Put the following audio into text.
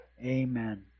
Amen